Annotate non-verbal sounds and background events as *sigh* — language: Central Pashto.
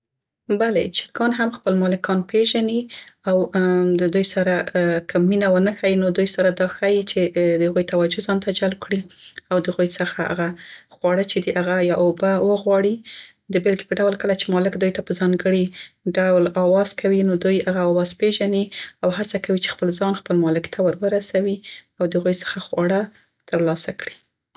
*hesitation* بلې، چرګان هم خپل مالکان پیژني، او د دوی سره که مینه ونه ښيي، نو دوی سره دا ښيي چې د هغوی توجه ځانته جلب کړي. او د هغوی څخه هغه خواړه چې دي هغه یا اوبه وغواړي، د بیلګې په ډول کله چې مالک دوی ته په ځانګړي ډول اواز کوي نو دوی هغه اواز پیژني او هڅه کوي چې ځان خپل مالک ته ورورسوي او د هغوی څخه خواړه تر لاسه کړي.